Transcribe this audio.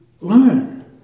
learn